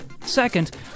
Second